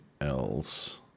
else